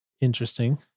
Interesting